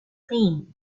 fame